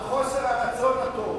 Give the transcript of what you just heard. על חוסר הרצון הטוב.